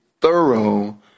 thorough